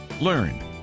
learn